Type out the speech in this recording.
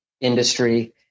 industry